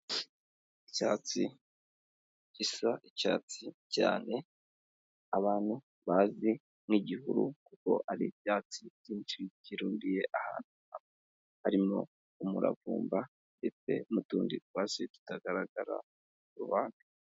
Icyatsi gisa icyatsi cyane, abantu bazi nk'igihuru kuko ari ibyatsi byinshi byirundiye ahantu hamwe, harimo umuravumba ndetse n'utundi twatsi tutagaragara ku rubande.